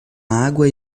água